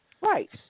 Right